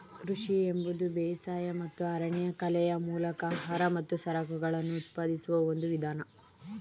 ಕೃಷಿ ಎಂಬುದು ಬೇಸಾಯ ಮತ್ತು ಅರಣ್ಯಕಲೆಯ ಮೂಲಕ ಆಹಾರ ಮತ್ತು ಸರಕುಗಳನ್ನು ಉತ್ಪಾದಿಸುವ ಒಂದು ವಿಧಾನ